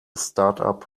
startup